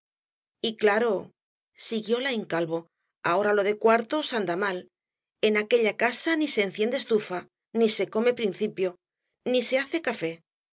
y claro siguió laín ahora lo de cuartos anda mal en aquella casa ni se enciende estufa ni se come principio ni se hace café